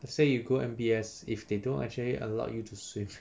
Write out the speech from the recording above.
let's say you go M_B_S if they don't actually allow you to swim